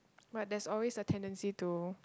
but there's always a tendency to